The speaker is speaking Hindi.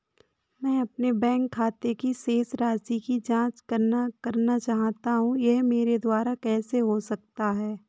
मैं अपने बैंक खाते की शेष राशि की जाँच करना चाहता हूँ यह मेरे द्वारा कैसे हो सकता है?